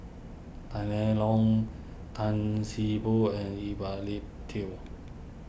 Tang Liang Long Tan See Boo and Ip Lee Tung